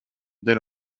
dès